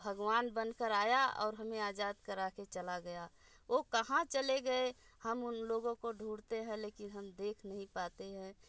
भगवान बन कर आया और आज़ाद करा कर चला गया वो कहाँ चले गए हम उन लोगों को ढूंढते हैं लेकिन हम देख नहीं पाते हैं